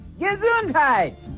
Gesundheit